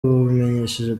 babimenyesheje